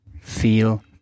feel